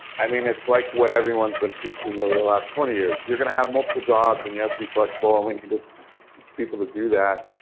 i mean, it's like what everyone's been preaching over the last twenty years. you're going to have multiple jobs. and you have be flexible. and we need to teach people to do that.